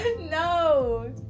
No